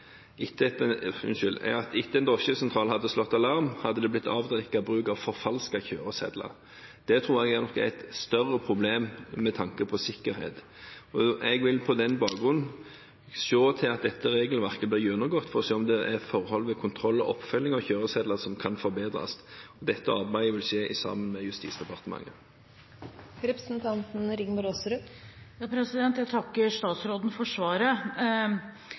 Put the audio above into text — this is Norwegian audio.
etter at en drosjesentral hadde slått alarm, hadde det blitt avdekket bruk av forfalskede kjøresedler. Det tror jeg nok er et større problem med tanke på sikkerhet. Jeg vil på den bakgrunn se til at dette regelverket blir gjennomgått, for å se om det er forhold ved kontroll og oppfølging av kjøresedler som kan forbedres. Dette arbeidet vil skje sammen med Justisdepartementet. Jeg takker statsråden for svaret. Jeg er enig med statsråden når han sier at det skal være trygt for